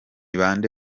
bande